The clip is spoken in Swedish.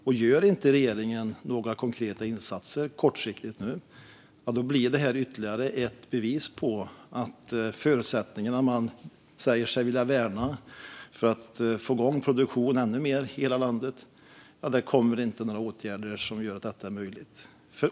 Om regeringen inte gör några konkreta insatser kortsiktigt nu blir detta ytterligare ett bevis på att man inte lever upp till det man säger sig vilja göra, att värna förutsättningarna för att få igång produktion ännu mer i hela landet. Det kommer inga åtgärder som gör detta möjligt.